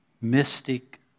mystic